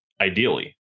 Ideally